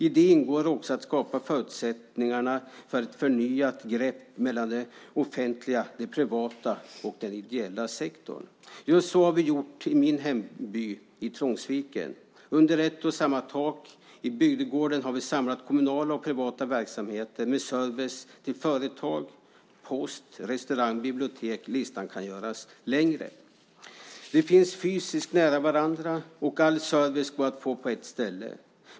I det ingår också att skapa förutsättningar för ett förnyat grepp mellan det offentliga, det privata och den ideella sektorn. Just så har vi gjort i min hemby, Trångsviken. Under ett och samma tak har vi i bygdegården samlat kommunala och privata verksamheter med service till företag, post, restaurang och bibliotek - listan kan göras ännu längre. De finns fysiskt nära varandra, och all service går att få på ett ställe.